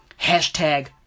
Hashtag